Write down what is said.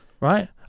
right